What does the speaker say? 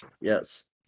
Yes